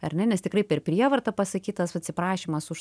ar ne nes tikrai per prievartą pasakytas atsiprašymas už